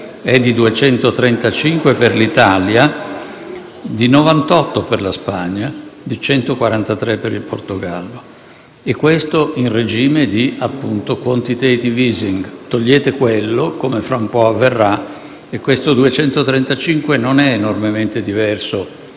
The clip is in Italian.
è di 235 punti per l'Italia, di 98 per la Spagna, di 143 per il Portogallo, e questo in regime di *quantitative easing*: togliete quello, come fra un po' avverrà, e questo 235 non è enormemente diverso